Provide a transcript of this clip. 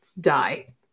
die